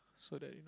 so that